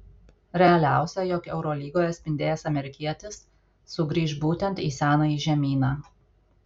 realiausia jog eurolygoje spindėjęs amerikietis sugrįš būtent į senąjį žemyną